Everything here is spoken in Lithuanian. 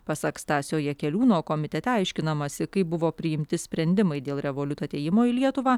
pasak stasio jakeliūno komitete aiškinamasi kaip buvo priimti sprendimai dėl revoliut atėjimo į lietuvą